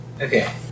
Okay